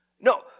No